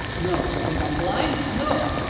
no. you think i'm blind? no.